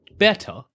better